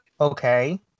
Okay